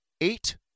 eight